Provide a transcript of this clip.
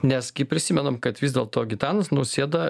nes gi prisimenam kad vis dėlto gitanas nausėda